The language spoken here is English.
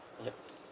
ya